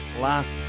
last